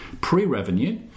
pre-revenue